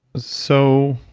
so,